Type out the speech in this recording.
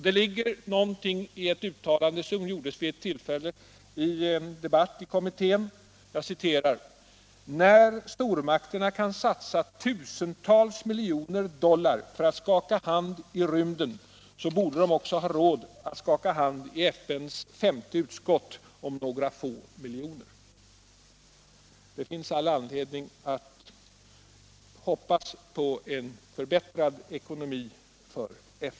Det ligger något i ett uttalande som vid ett tillfälle gjordes i kommittén: ”När stormakterna kan satsa tusentals miljoner dollar för . att skaka hand i rymden, borde de också ha råd att skaka hand i FN:s femte utskott om några få miljoner.” Det finns all anledning att hoppas på en förbättrad ekonomi för FN.